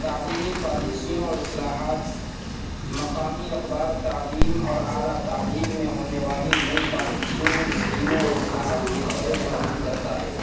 تعلیمی پالیسیوں اور اصلاحات مقامی اخبار تعلیم اور اعلیٰ تعلیم میں ہونے والی نئی پالیسیوں اسکیموں اور اصلاحات کی خبریں فراہم کرتا ہے